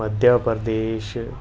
Madhya Pradesh